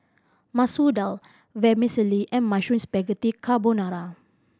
Masoor Dal Vermicelli and Mushroom Spaghetti Carbonara